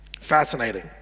Fascinating